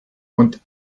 und